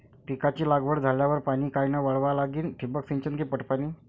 पिकाची लागवड झाल्यावर पाणी कायनं वळवा लागीन? ठिबक सिंचन की पट पाणी?